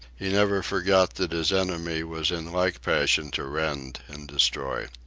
he never forgot that his enemy was in like passion to rend and destroy.